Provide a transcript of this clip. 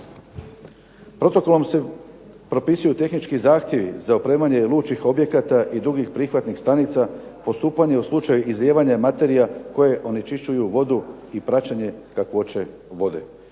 Protokolom se propisuju tehnički zahtjevi za opremanje lučkih objekata i drugih prihvatnih stanica, postupanje u slučaju izlijevanja materija koje onečišćuju vodu i praćenje kakvoće vode.